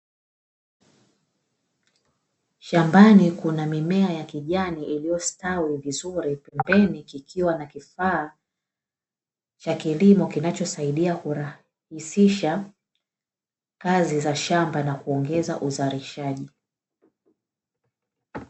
Shambani kuna mimea ya kijani iliyostawi vizuri, pembeni kukiwa na kifaa cha kilimo kinachosaidia kurahisisha kazi za shamba na kuongeza uzalishaji.